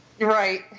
Right